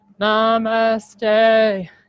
Namaste